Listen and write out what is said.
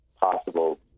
possible